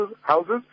houses